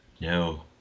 No